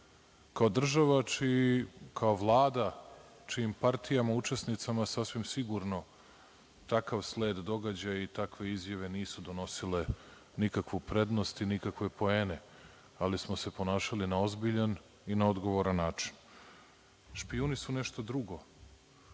kao država, kao Vlada čim partijama, učesnicama sasvim sigurno takav sled događaja i takve izjave nisu donosile nikakvu prednost i nikakve poene, ali smo se ponašali na ozbiljan i na odgovoran način. Špijuni su nešto drugo.